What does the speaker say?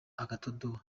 agatadowa